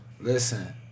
listen